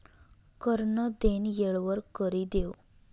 कर नं देनं येळवर करि देवं